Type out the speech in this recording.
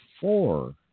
four